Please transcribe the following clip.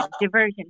diversion